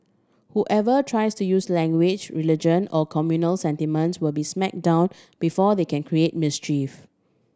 whoever tries to use language religion or communal sentiments will be smack down before they can create mischief